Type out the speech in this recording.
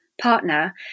partner